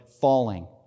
falling